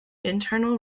internal